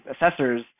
assessors